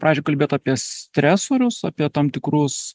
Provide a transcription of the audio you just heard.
pradžioj kalbėt apie stresorius apie tam tikrus